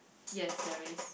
yes there is